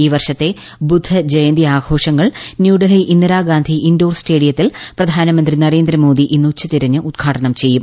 ഈവർഷത്തെ ബുദ്ധജയന്തി ആഘോഷങ്ങൾ ന്യൂഡൽഹി ഇന്ദിരാഗാന്ധി ഇൻഡോർ സ്റ്റേഡിയത്തിൽ പ്രധാനമന്ത്രി നരേന്ദ്രമോദി ഇന്നുച്ച തിരിഞ്ഞ് ഉദ്ഘാടനം ചെയ്യും